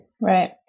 Right